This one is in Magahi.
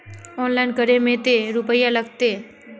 ऑनलाइन करे में ते रुपया लगते?